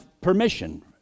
permission